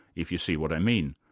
if you see what i mean.